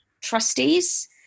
trustees